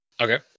Okay